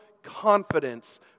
confidence